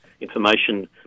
information